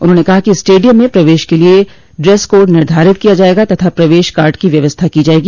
उन्होंने कहा कि स्टेडियम में प्रवेश के लिये ड्रेस कोड निधारित किया जायेगा तथा प्रवेश कार्ड की व्यवस्था की जायेगी